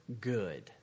good